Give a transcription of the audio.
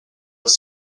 els